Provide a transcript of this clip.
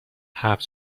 حبس